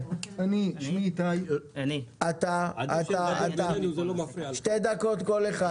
שתי דקות כל אחד.